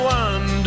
one